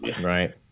Right